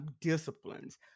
disciplines